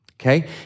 okay